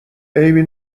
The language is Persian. عیبی